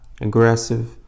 aggressive